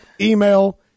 email